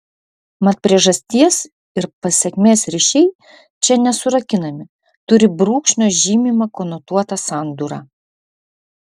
mat priežasties ir pasekmės ryšiai čia nesurakinami turi brūkšnio žymimą konotuotą sandūrą